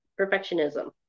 perfectionism